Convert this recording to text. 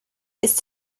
ist